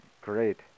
Great